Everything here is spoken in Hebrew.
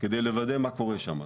כדי לוודא מה קורה שם.